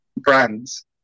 brands